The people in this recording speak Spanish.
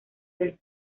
del